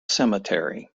cemetery